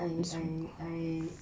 I'm I I